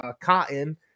cotton